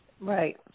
right